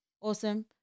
awesome